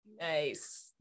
Nice